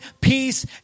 peace